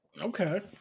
Okay